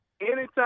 Anytime